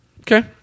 Okay